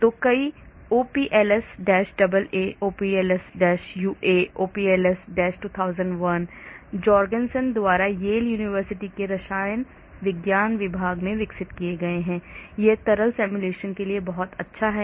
तो कई OPLS AA OPLS UA OPLS 2001 Jorgensen द्वारा Yale University के रसायन विज्ञान विभाग में विकसित किए गए हैं यह तरल सिमुलेशन के लिए बहुत अच्छा है